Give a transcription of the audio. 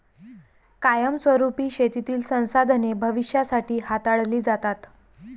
कायमस्वरुपी शेतीतील संसाधने भविष्यासाठी हाताळली जातात